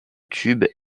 tube